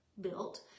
built